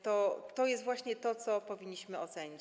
To jest właśnie to, co powinniśmy ocenić.